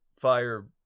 fire